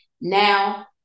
now